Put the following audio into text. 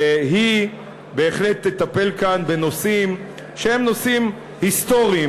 בהחלט תטפל כאן בנושאים שהם נושאים היסטוריים.